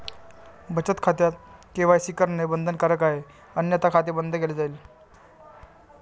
बचत खात्यात के.वाय.सी करणे बंधनकारक आहे अन्यथा खाते बंद केले जाईल